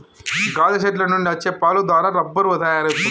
గాదె సెట్ల నుండి అచ్చే పాలు దారా రబ్బరు తయారవుతుంది